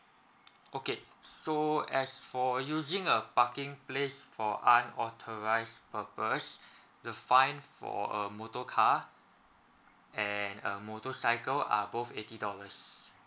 okay so as for using a parking place for unauthorized purpose the fine for a motor car and a motorcycle are both eighty dollars